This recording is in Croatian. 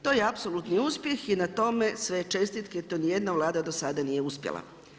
To je apsolutni uspjeh i na tome sve čestitke to ni jedna Vlada do sada nije uspjela.